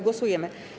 Głosujemy.